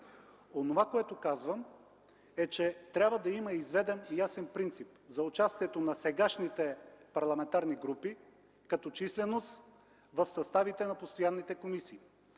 Онова, което казвам е, че трябва да има изведен ясен принцип за участието на сегашните парламентарни групи като численост в съставите на постоянните комисии.